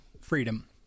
freedom